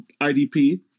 IDP